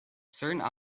certain